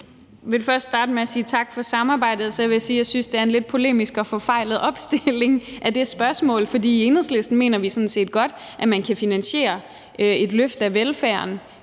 Jeg vil først starte med at sige tak for samarbejdet, og så vil jeg sige, at jeg synes, det er en lidt polemisk og forfejlet opstilling af det spørgsmål. For i Enhedslisten mener vi sådan set godt, at man kan finansiere et løft af velfærden